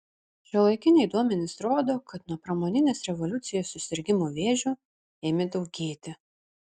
šiuolaikiniai duomenys rodo kad nuo pramoninės revoliucijos susirgimų vėžiu ėmė daugėti